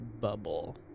bubble